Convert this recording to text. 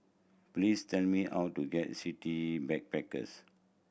please tell me how to get City Backpackers